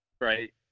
right